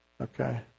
Okay